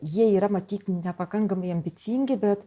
jie yra matyt nepakankamai ambicingi bet